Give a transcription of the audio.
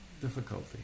difficulty